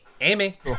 Amy